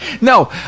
No